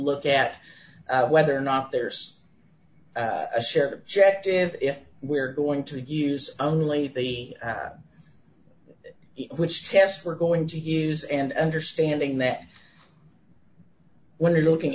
look at whether or not there's a shared objective if we're going to use only that which tests we're going to use and understanding that when we're looking